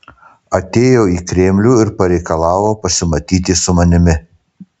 atėjo į kremlių ir pareikalavo pasimatyti su manimi